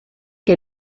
que